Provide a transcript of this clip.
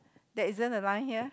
there isn't a line here